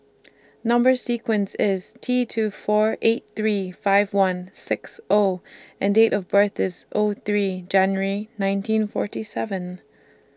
Number sequence IS T two four eight three five one six O and Date of birth IS O three January nineteen forty seven